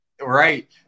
Right